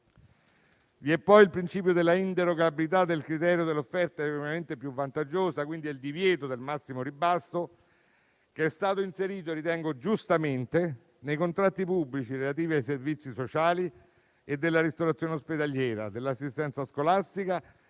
Vi è poi il principio della inderogabilità del criterio dell'offerta economicamente più vantaggiosa, quindi il divieto del massimo ribasso, che è stato inserito - ritengo giustamente - nei contratti pubblici relativi ai servizi sociali e della ristorazione ospedaliera, dell'assistenza scolastica,